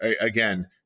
again